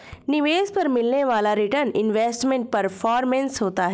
निवेश पर मिलने वाला रीटर्न इन्वेस्टमेंट परफॉरमेंस होता है